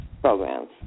programs